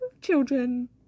children